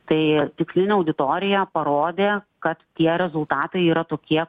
tai tikslinė auditorija parodė kad tie rezultatai yra tokie